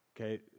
Okay